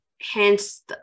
hence